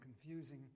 confusing